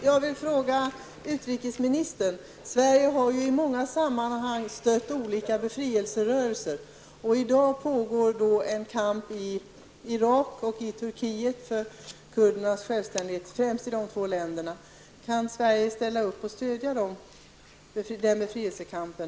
Herr talman! Jag vill ställa en fråga till utrikesministern. Sverige har ju i många sammanhang stött olika befrielserörelser. I dag pågår en kamp, främst i Irak och i Turkiet, för kurdernas självständighet. Kan Sverige ställa upp och stödja den befrielsekampen?